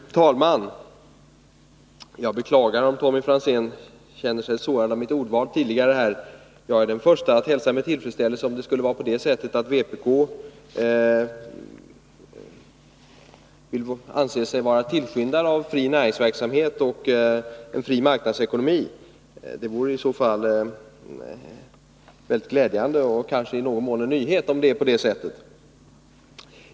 Fru talman! Jag beklagar om Tommy Franzén känner sig sårad av mitt . ordval tidigare. Jag är den förste att hälsa med tillfredsställelse om vpk anser sig vara tillskyndare av fri näringsverksamhet och en fri marknadsekonomi. Det vore i så fall väldigt glädjande och kanske i någon mån en nyhet — om det nu är på det sättet.